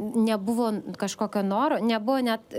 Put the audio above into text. nebuvo kažkokio noro nebuvo net